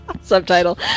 Subtitle